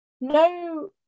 No